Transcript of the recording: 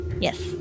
Yes